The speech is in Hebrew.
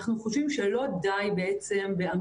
אנחנו חושבים שלא די באמירות,